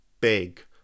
big